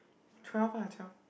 twelve ah twelve